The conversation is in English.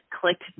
clicked